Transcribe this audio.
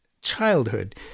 childhood